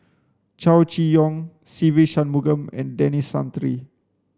Chow Chee Yong Se Ve Shanmugam and Denis Santry